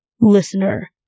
listener